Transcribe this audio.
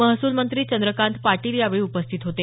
महसूल मंत्री चंद्रकांत पाटील यावेळी उपस्थित होते